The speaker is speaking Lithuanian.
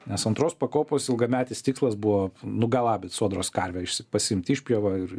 nes antros pakopos ilgametis tikslas buvo nugalabyt sodros karvę pasiimt išpjovą ir